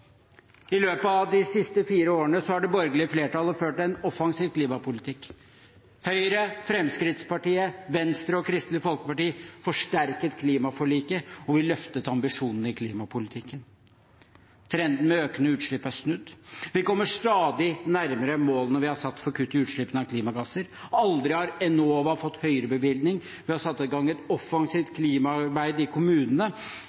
I løpet av de siste fire årene har det borgerlige flertallet ført en offensiv klimapolitikk. Høyre, Fremskrittspartiet, Venstre og Kristelig Folkeparti forsterket klimaforliket, og vi løftet ambisjonene i klimapolitikken. Trenden med økende utslipp er snudd. Vi kommer stadig nærmere målene vi har satt for kutt i utslippene av klimagasser. Aldri har Enova fått høyere bevilgning. Vi har satt i gang et offensivt